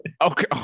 okay